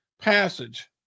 passage